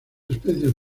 especies